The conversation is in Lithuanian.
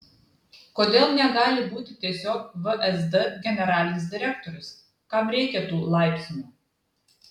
kodėl negali būti tiesiog vsd generalinis direktorius kam reikia tų laipsnių